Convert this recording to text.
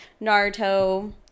Naruto